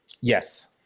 Yes